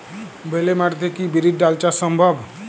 বেলে মাটিতে কি বিরির ডাল চাষ সম্ভব?